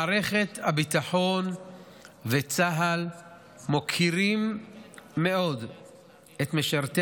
מערכת הביטחון וצה"ל מוקירים מאוד את משרתי